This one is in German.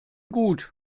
gut